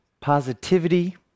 Positivity